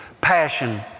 passion